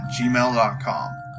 gmail.com